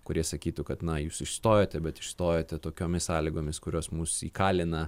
kurie sakytų kad na jūs išstojote bet išstojote tokiomis sąlygomis kurios mus įkalina